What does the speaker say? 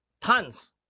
tons